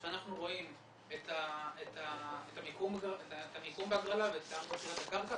שאנחנו רואים את המיקום בהגרלה ואת תאריך קבלת הקרקע,